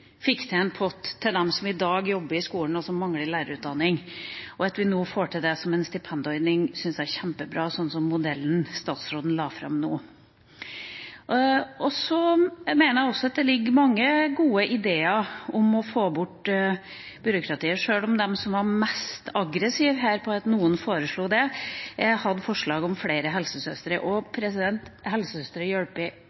til dem som i dag jobber i skolen, og som mangler lærerutdanning. At vi nå får til det som en stipendordning – sånn som modellen statsråden la fram nå – syns jeg er kjempebra. Så mener jeg også at det ligger mange gode ideer om å få bort byråkratiet, sjøl om de som her var mest aggressive over at noen foreslo det, hadde forslag om flere helsesøstre.